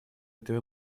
этой